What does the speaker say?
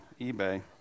eBay